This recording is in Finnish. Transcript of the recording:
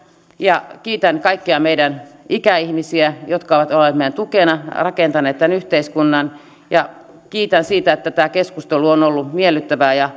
ja kiitän kaikkia meidän ikäihmisiä jotka ovat olleet meidän tukenamme rakentaneet tämän yhteiskunnan ja kiitän siitä että tämä keskustelu on ollut miellyttävää